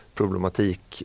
problematik